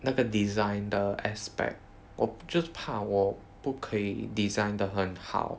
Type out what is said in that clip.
那个 design 的 aspect 我就是怕我不能 design 的很好